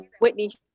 Whitney